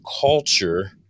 culture